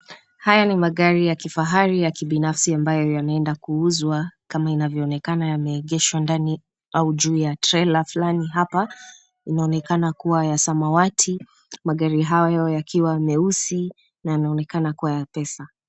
Haya ni magari ya kifahari ya kibinafsi ambayo yanaenda kuuzwa. Kama inavyoonekana yameegeshwa ndani au juu ya trela fulani hapa. Inaonekana kuwa ya samawati. Magari hayo yakiwa meusi na yanaonekana kuwa ya pesa.